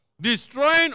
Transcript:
destroying